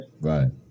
Right